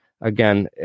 again